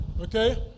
Okay